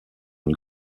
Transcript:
une